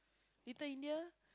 Little-India